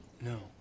No